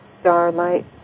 starlight